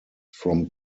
from